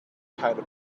kinda